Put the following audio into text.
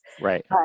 Right